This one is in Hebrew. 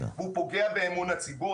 הוא פוגע באמון הציבור.